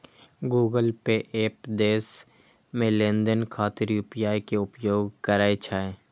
Google pay app देश मे लेनदेन खातिर यू.पी.आई के उपयोग करै छै